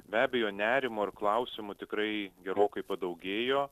be abejo nerimo ir klausimų tikrai gerokai padaugėjo